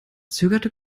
zögerte